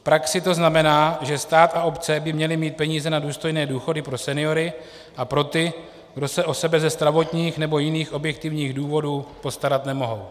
V praxi to znamená, že stát a obce by měly mít peníze na důstojné důchody pro seniory a pro ty, kdo se o sebe ze zdravotních nebo jiných objektivních důvodů postarat nemohou.